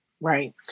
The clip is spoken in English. Right